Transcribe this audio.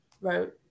wrote